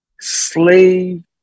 slave